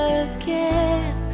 again